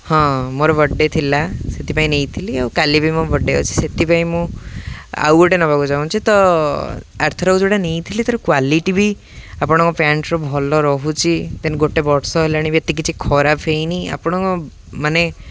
ହଁ ମୋର birthday ଥିଲା ସେଥିପାଇଁ ନେଇଥିଲି ଆଉ କାଲି ବି ମୋ ବର୍ଥ ଡେ ଅଛି ସେଥିପାଇଁ ମୁଁ ଆଉ ଗୋଟେ ନେବାକୁ ଚାହୁଁଛି ତ ଆର ଥର ଯେଉଁଟା ନେଇଥିଲି ତା'ର କ୍ଵାଲିଟି ବି ଆପଣଙ୍କ ପ୍ୟାଣ୍ଟରୁ ଭଲ ରହୁଛି ଦେନ୍ ଗୋଟେ ବର୍ଷ ହେଲାଣି ବି ଏତେ କିଛି ଖରାପ ହେଇନି ଆପଣଙ୍କ ମାନେ